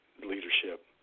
leadership